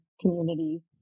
community